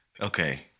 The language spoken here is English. okay